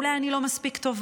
אולי אני לא מספיק טובה,